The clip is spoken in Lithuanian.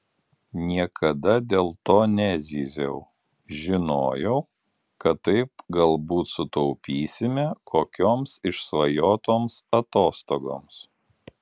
niekada dėl to nezyziau žinojau kad taip galbūt sutaupysime kokioms išsvajotoms atostogoms